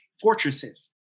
fortresses